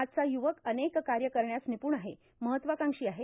आजचा युवक अनेक कार्य करण्यास निपूण आहे महत्वाकांक्षी आहे